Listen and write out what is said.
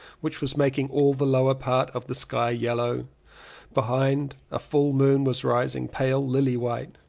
which was making all the lower part of the sky yellow behind a full moon was rising, pale lily-white.